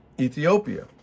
Ethiopia